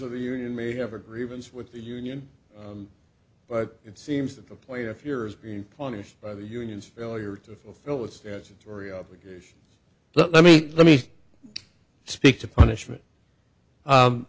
of the union may have a grievance with the union but it seems that the plaintiff your is being punished by the unions failure to fulfill its as a tory obligation let me let me speak to punishment